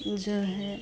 जो है